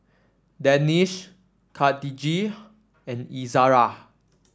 Danish Khatijah and Izara